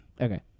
Okay